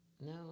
No